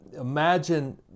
imagine